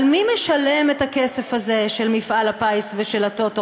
אבל מי משלם את הכסף הזה של מפעל הפיס ושל הטוטו,